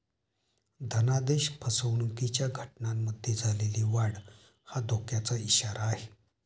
धनादेश फसवणुकीच्या घटनांमध्ये झालेली वाढ हा धोक्याचा इशारा आहे